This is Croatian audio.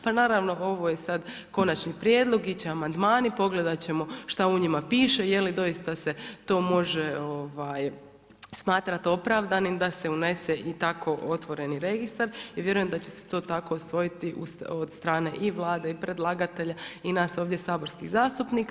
Pa naravno, ovo je sad konačni prijedlog, ići će amandmani, pogledat ćemo šta u njima piše, je li doista se to može smatrati opravdanima da se unese i tako otvoreni registar i vjerujem da će se to tako usvojiti od strane i Vlade i predlagatelja i nas ovdje saborskih zastupnika.